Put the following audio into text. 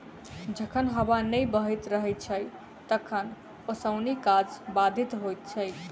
जखन हबा नै बहैत रहैत छै तखन ओसौनी काज बाधित होइत छै